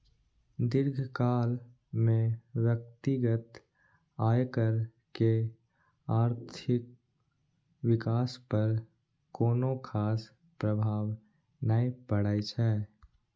दीर्घकाल मे व्यक्तिगत आयकर के आर्थिक विकास पर कोनो खास प्रभाव नै पड़ै छै